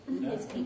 Yes